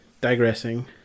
digressing